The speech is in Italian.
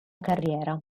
carriera